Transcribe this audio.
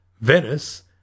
Venice